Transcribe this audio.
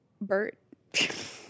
Bert